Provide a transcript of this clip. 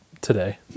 today